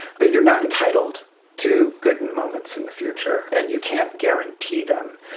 but you are not entitled to good and moments in the future and you can't guarantee them.